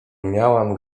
miałam